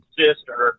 sister